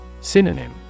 Synonym